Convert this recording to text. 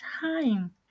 time